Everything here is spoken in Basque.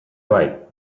bai